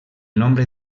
nombre